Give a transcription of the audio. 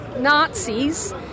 Nazis